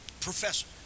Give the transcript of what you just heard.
professor